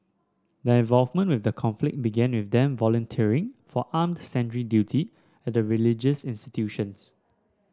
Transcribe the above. their involvement with the conflict began with them volunteering for armed sentry duty at the religious institutions